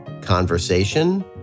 conversation